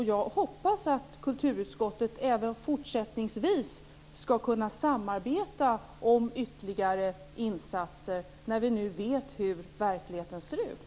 Jag hoppas att kulturutskottet även fortsättningsvis skall kunna samarbeta om ytterligare insatser, när vi nu vet hur verkligheten ser ut.